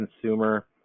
consumer